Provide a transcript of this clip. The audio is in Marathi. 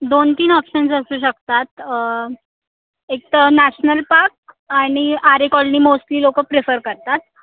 दोनतीन ऑप्शन्स असू शकतात एक तर नॅशनल पार्क आणि आरे कॉलनी मोस्टली लोक प्रिफर करतात